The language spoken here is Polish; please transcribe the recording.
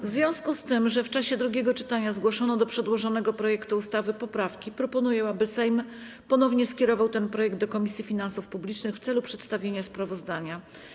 W związku z tym, że w czasie drugiego czytania zgłoszono do przedłożonego projektu ustawy poprawki, proponuję, aby Sejm ponownie skierował ten projekt do Komisji Finansów Publicznych w celu przedstawienia sprawozdania.